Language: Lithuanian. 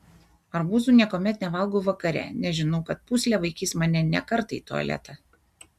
arbūzų niekuomet nevalgau vakare nes žinau kad pūslė vaikys mane ne kartą į tualetą